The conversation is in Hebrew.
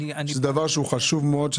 זה דבר שהוא חשוב מאוד,